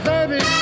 Baby